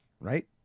right